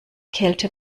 kälte